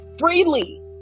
Freely